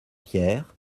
pierres